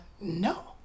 no